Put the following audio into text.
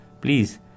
please